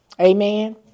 Amen